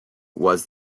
was